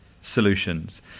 solutions